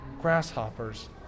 grasshoppers